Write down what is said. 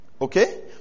Okay